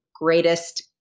greatest